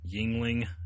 Yingling